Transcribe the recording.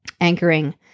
anchoring